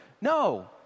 No